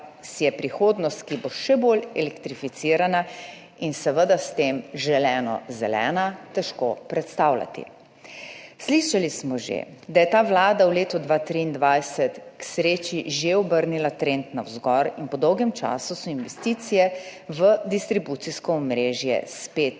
si je prihodnost, ki bo še bolj elektrificirana in seveda s tem želeno zelena, težko predstavljati. Slišali smo že, da je ta vlada v letu 2023 k sreči že obrnila trend navzgor in po dolgem času so investicije v distribucijsko omrežje spet